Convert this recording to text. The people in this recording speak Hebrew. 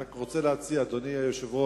אני רק רוצה להציע, אדוני היושב-ראש,